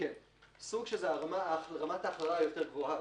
סוג, שזו רמת ההכללה היותר גבוה.